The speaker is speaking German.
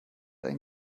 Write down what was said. einen